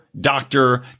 Doctor